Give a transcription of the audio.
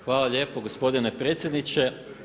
Hvala lijepo gospodine predsjedniče.